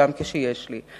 כשיש לי.